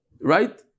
right